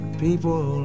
people